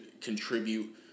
contribute